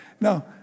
No